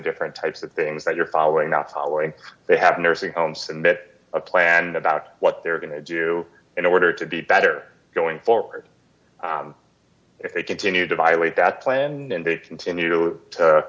different types of things that you're following not following they have nursing homes and that a planned about what they're going to do in order to be better going forward if they continue to violate that plan and they continue to